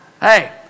Hey